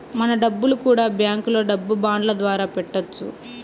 మన డబ్బులు కూడా బ్యాంకులో డబ్బు బాండ్ల ద్వారా పెట్టొచ్చు